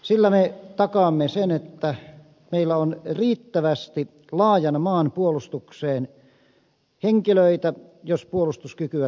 sillä me takaamme sen että meillä on riittävästi laajan maan puolustukseen henkilöitä jos puolustuskykyä tarvitaan